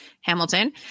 Hamilton